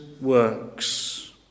works